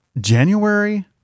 January